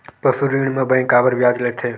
पशु ऋण म बैंक काबर ब्याज लेथे?